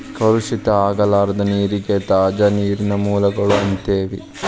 ಕಲುಷಿತ ಆಗಲಾರದ ನೇರಿಗೆ ತಾಜಾ ನೇರಿನ ಮೂಲಗಳು ಅಂತೆವಿ